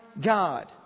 God